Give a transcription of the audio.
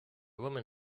woman